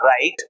right